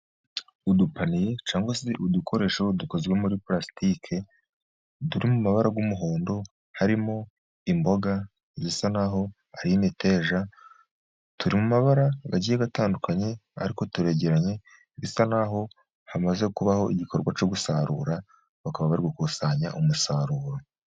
Udupaniye cyangwa se udukoresho dukozwe muri purastiki turi mu mabara y'umuhondo, harimo imboga zisa n'aho ari imiteja, turimo amabara agiye atandukanye ariko turegeranye, bisa n'aho hamaze kubaho igikorwa cyo gusarura bakaba bari gukusanya umusaruro.